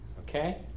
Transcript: Okay